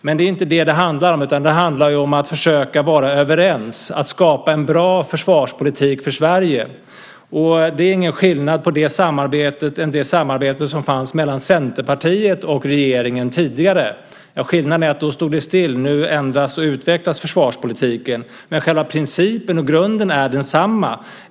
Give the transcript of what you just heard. Men det är inte detta det handlar om, utan det handlar om att försöka vara överens, att skapa en bra försvarspolitik för Sverige. Det är ingen skillnad på det samarbetet än det samarbete som fanns mellan Centerpartiet och regeringen tidigare. Skillnaden är att det då stod still; nu ändras och utvecklas försvarspolitiken. Men själva principen och grunden är densamma.